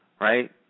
right